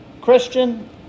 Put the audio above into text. Christian